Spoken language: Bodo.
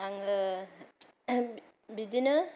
आङो बिदिनो